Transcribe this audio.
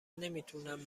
نمیتونم